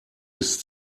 bis